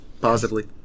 positively